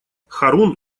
харун